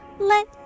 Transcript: Let